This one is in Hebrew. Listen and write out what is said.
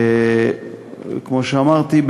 כמו שאמרתי,